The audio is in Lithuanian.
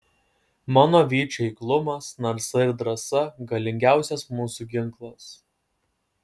mano vyčių eiklumas narsa ir drąsa galingiausias mūsų ginklas